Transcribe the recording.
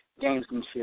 gamesmanship